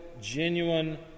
genuine